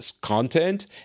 content